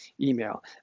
email